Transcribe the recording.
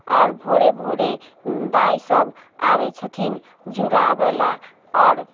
आओर भोरे भोरे दाय सब आबै छथिन जुड़ाबै लऽ आओर